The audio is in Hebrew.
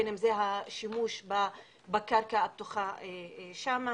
בין אם זה השימוש בקרקע הפתוחה שם,